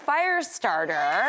Firestarter